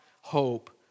hope